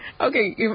okay